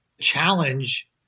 challenge